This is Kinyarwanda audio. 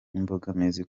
imbogamizi